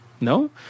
no